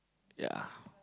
ya